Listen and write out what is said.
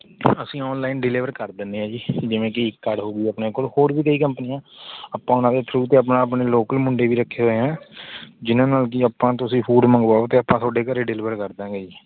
ਅਸੀਂ online deliver ਕਰ ਦਿੰਦੇ ਹਾਂ ਜੀ ਜਿਵੇਂ ਕਿ ਈਕਾਰਟ ਹੋ ਗਈ ਆਪਣੇ ਕੋਲ ਹੋਰ ਵੀ ਕਈ ਕੰਪਨੀਆਂ ਆਪਾਂ ਉਹਨਾਂ ਦੇ ਥਰੁਅ ਅਤੇ ਆਪਾਂ ਆਪਣੇ ਲੋਕਲ ਮੁੰਡੇ ਵੀ ਰੱਖੇ ਹੋਏ ਹੈ ਜਿਨ੍ਹਾਂ ਨਾਲ ਕਿ ਆਪਾਂ ਤੁਸੀਂ ਫਰੂਟ ਮੰਗਵਾਉ ਅਤੇ ਆਪਾਂ ਤੁਹਾਡੇ ਘਰ ਡਿਲੀਵਰ ਕਰ ਦਾਗੇ ਜੀ